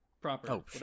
proper